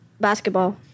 Basketball